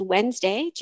Wednesday